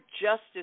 justice